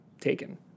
taken